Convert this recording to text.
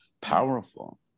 powerful